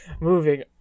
Moving